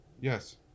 Yes